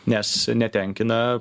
nes netenkina